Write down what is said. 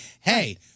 Hey